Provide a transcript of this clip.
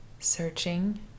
searching